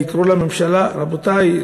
לקרוא לממשלה: רבותי,